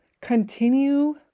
continue